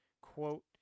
Quote